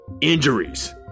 injuries